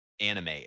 anime